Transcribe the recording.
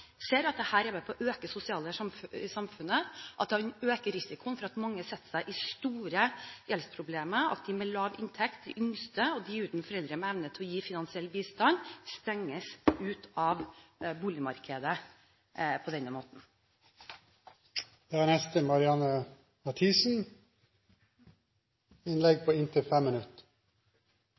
at dette er med på å øke sosiale forskjeller i samfunnet, at en øker risikoen for at mange setter seg i store gjeldsproblemer, og at de med lav inntekt – de yngste og de uten foreldre med evne til å gi finansiell bistand – stenges ute av boligmarkedet på denne